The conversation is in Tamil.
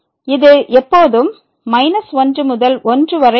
இது எப்போதும் −1 முதல் 1 வரை இருக்கும்